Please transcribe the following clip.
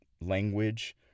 language